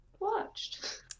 watched